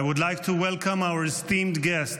I would like to welcome our esteemed guest,